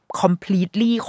completely